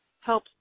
help